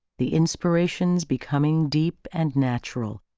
the inspirations becoming deep and natural.